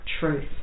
truth